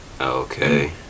Okay